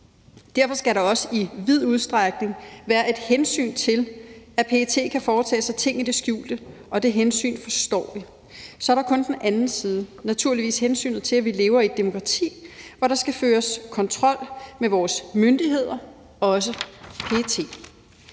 Derfor skal der også i vid udstrækning være et hensyn til, at PET kan foretage sig ting i det skjulte, og det hensyn forstår vi. Så er der den anden side, og det er naturligvis hensynet til, at vi lever i et demokrati, hvor der skal føres kontrol med vores myndigheder, også PET.